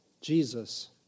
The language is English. Jesus